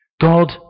God